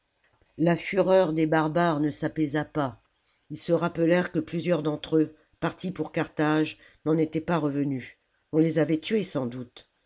la fureur des barbares ne s'apaisa pas ils se rappelèrent que plusieurs d'entre eux partis pour carthage n'en étaient pas revenus on les avait tués sans doute